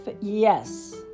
yes